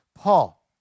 Paul